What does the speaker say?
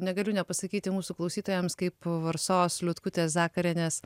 negaliu nepasakyti mūsų klausytojams kaip varsos liutkutės zakarienės